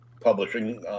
publishing